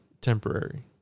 temporary